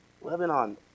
Lebanon